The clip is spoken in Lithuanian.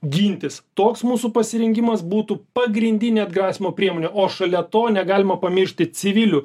gintis toks mūsų pasirinkimas būtų pagrindinė atgrasymo priemonė o šalia to negalima pamiršti civilių